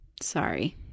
Sorry